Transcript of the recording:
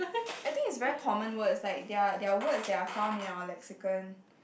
I think is very common words like there are there are words that are found in our lexicon